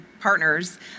partners